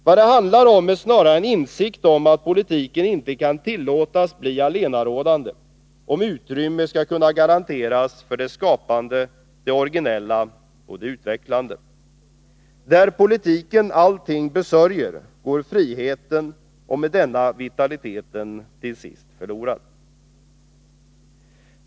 Vad det handlar om är snarare en insikt om att politiken inte kan tillåtas bli allenarådande om utrymme skall kunna garanteras för det skapande, det originella och det utvecklande. Där politiken allting besörjer går friheten och med denna vitaliteten till sist förlorad.